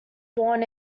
born